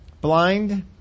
blind